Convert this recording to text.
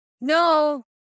no